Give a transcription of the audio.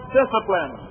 discipline